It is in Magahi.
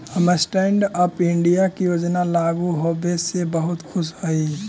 हम स्टैन्ड अप इंडिया के योजना लागू होबे से बहुत खुश हिअई